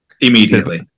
Immediately